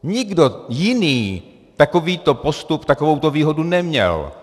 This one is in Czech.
Nikdo jiný takovýto postup, takovouto výhodu neměl.